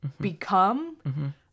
become